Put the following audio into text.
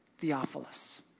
Theophilus